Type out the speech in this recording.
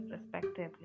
respectively